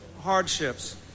hardships